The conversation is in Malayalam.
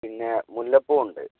പിന്നെ മുല്ലപ്പൂ ഉണ്ട്